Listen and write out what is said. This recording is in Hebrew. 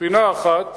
בספינה אחת